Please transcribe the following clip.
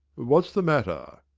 what s the matter?